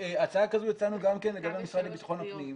הצעה כזו הצענו גם כן לגבי המשרד לביטחון הפנים,